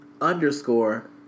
underscore